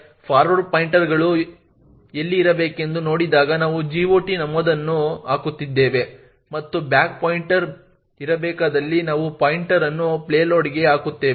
forward ಪಾಯಿಂಟರ್ಗಳು ಎಲ್ಲಿ ಇರಬೇಕೆಂದು ನೋಡಿದಾಗ ನಾವು GOT ನಮೂದನ್ನು ಹಾಕುತ್ತಿದ್ದೇವೆ ಮತ್ತು ಬ್ಯಾಕ್ ಪಾಯಿಂಟರ್ ಇರಬೇಕಾದಲ್ಲಿ ನಾವು ಪಾಯಿಂಟರ್ ಅನ್ನು ಪೇಲೋಡ್ಗೆ ಹಾಕುತ್ತೇವೆ